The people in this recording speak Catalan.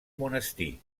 monestir